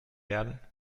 werden